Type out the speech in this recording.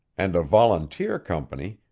and a volunteer company,